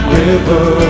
river